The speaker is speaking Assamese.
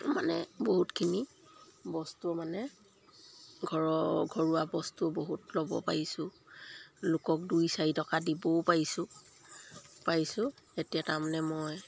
মানে বহুতখিনি বস্তু মানে ঘৰৰ ঘৰুৱা বস্তু বহুত ল'ব পাৰিছোঁ লোকক দুই চাৰি টকা দিবও পাৰিছোঁ পাৰিছোঁ এতিয়া তাৰমানে মই